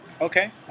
Okay